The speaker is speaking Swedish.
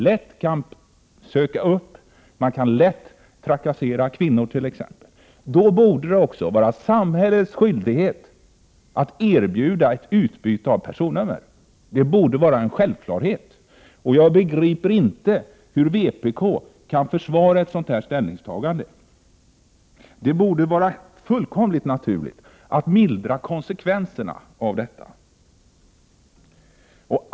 Man kan lätt söka upp personer och t.ex. trakassera kvinnor. Det borde då också vara samhällets skyldighet att erbjuda utbyte av personnummer. Det borde vara en självklarhet. Jag begriper inte hur vpk kan försvara sitt ställningstagande. Det borde vara fullkomligt naturligt att mildra konsekvenserna av personnummeranvändningen.